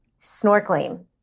snorkeling